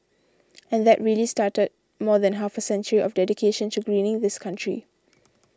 and that really started more than half a century of dedication to greening this country